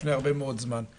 לפני הרבה מאוד זמן.